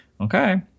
Okay